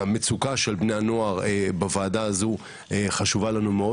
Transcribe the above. המצוקה של בני הנוער בוועדה הזו חשובה לנו מאוד.